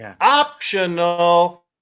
optional